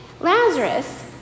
Lazarus